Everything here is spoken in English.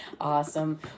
Awesome